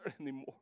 anymore